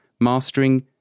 mastering